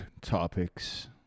topics